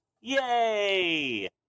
Yay